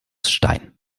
stein